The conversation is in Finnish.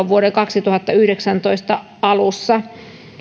vuoden kaksituhattayhdeksäntoista alussa